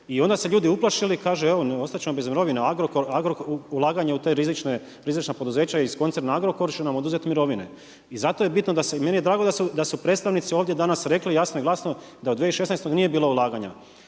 i onda se ljudi uplašili kaže ostat ćemo bez mirovina, ulaganje u te rizična poduzeća iz koncerna Agrokor će nam oduzeti mirovine. I meni je drago da su predstavnici ovdje danas rekli jasno i glasno da u 2016. nije bilo ulaganja